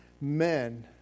men